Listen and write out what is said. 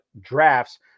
drafts